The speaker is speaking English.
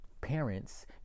parents